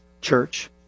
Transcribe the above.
church